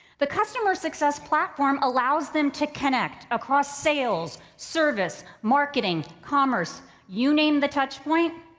the customer success platform allows them to connect across sales, service, marketing, commerce. you name the touchpoint,